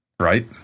Right